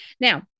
now